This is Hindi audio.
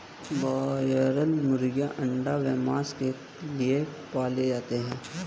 ब्रायलर मुर्गीयां अंडा व मांस के लिए पाले जाते हैं